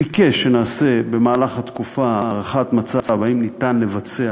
ביקש שנעשה במהלך התקופה הערכת מצב אם ניתן לבצע